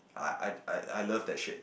I I I love that shit